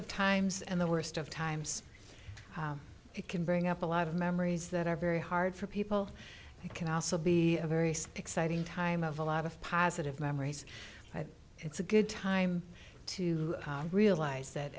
of times and the worst of times it can bring up a lot of memories that are very hard for people who can also be a very sick citing time of a lot of positive memories it's a good time to realize that